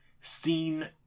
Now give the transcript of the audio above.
seen